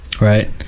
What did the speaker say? Right